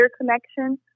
connection